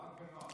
רק בנועם.